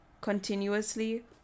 continuously